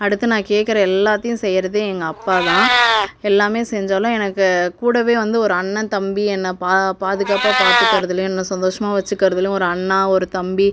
அடுத்து நான் கேட்கற எல்லாத்தையும் செய்யறது எங்கள் அப்பா தான் எல்லாமே செஞ்சாலும் எனக்கு கூடவே வந்து ஒரு அண்ணன் தம்பி என்னை பா பாதுகாப்பாக பார்த்துக்கறதுலயும் என்னை சந்தோஷமாக வச்சிக்கிறதுலயும் ஒரு அண்ணா ஒரு தம்பி